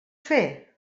fer